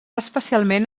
especialment